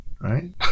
right